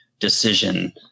decision